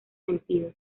sentidos